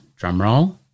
drumroll